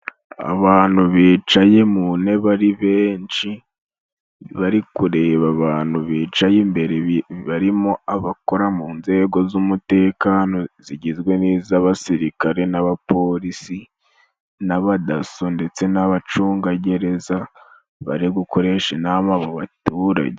Abantu bicaye mu ntebe ari benshi, bari kureba abantu bicaye imbere barimo abakora mu nzego z'umutekano zigizwe n'iz'abasirikare n'abapolisi n'abadaso ndetse n'abacungagereza bari gukoresha inama mu baturage.